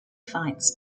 fights